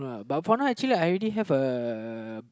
but for now actually I already have uh